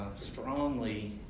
strongly